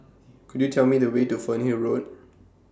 Could YOU Tell Me The Way to Fernhill Road